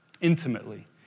intimately